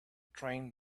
train